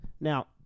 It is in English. Now